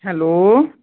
hello